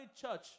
church